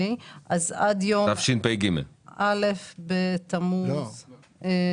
אז עד יום א' בתמוז --- תשפ"ג.